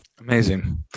Amazing